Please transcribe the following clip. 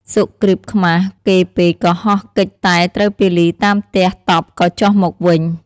សុគ្រីពខ្មាស គេពេកក៏ហោះគេចតែត្រូវពាលីតាមទះតប់ក៏ចុះមកវិញ។